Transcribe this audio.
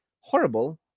horrible